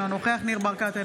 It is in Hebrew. אינו נוכח ניר ברקת,